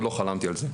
עוד לא חלמתי על זה.